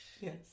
Yes